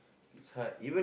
it's hard